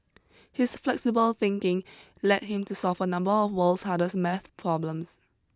his flexible thinking led him to solve a number of world's hardest math problems